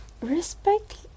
respect